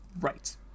Right